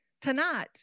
Tonight